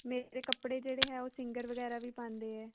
ਮੇਰੇ ਕੱਪੜੇ ਜਿਹੜੇ ਹੈ ਉਹ ਸਿੰਗਰ ਵਗੈਰਾ ਵੀ ਪਾਉਂਦੇ ਹੈ